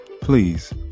please